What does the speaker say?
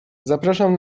zapraszam